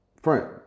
friend